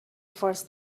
first